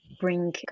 bring